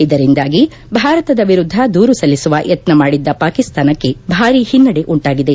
ಇದರಿಂದಾಗಿ ಭಾರತದ ವಿರುದ್ದ ದೂರು ಸಲ್ಲಿಸುವ ಯತ್ನ ಮಾಡಿದ್ದ ಪಾಕಿಸ್ತಾನಕ್ಕೆ ಭಾರೀ ಹಿನ್ನೆಡೆ ಉಂಟಾಗಿದೆ